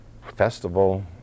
festival